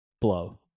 Blow